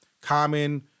common